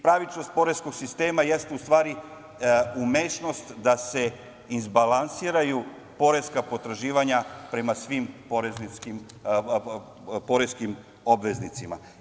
Pravičnost poreskog sistema jeste u stvari umešnost da se izbalansiraju poreska potraživanja prema svim poreskim obveznicima.